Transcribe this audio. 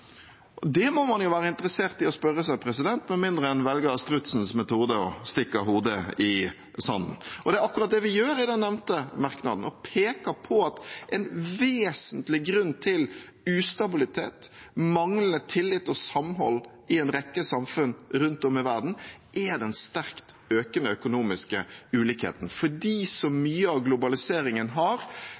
Det må man jo være interessert i å spørre seg – med mindre man velger strutsens metode og stikker hodet i sanden – og det er akkurat det vi gjør i den nevnte merknaden. Vi peker på at en vesentlig grunn til ustabilitet, manglende tillit og manglende samhold i en rekke samfunn rundt om i verden er den sterkt økende økonomiske ulikheten, fordi så mye av globaliseringen har